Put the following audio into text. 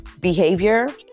behavior